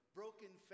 broken